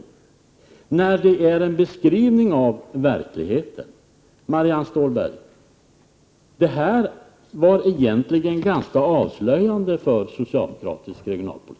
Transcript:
I själva verket är det en beskrivning av verkligheten. Marianne Stålberg, detta var egentligen ganska avslöjande för socialdemokratisk regionalpolitik.